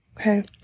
Okay